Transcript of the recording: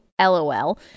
LOL